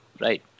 right